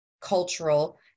cultural